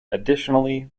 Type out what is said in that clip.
additionally